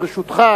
ברשותך,